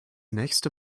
nächster